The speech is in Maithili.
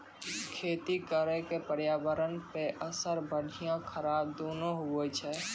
खेती करे के पर्यावरणो पे असर बढ़िया खराब दुनू होय छै